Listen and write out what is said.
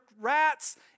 rats